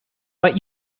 but